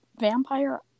vampire